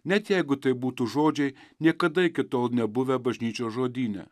net jeigu tai būtų žodžiai niekada iki tol nebuvę bažnyčios žodyne